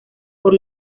por